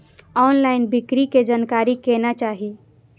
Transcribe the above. Online बिक्री के जानकारी केना चाही?